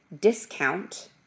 discount